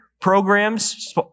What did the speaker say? programs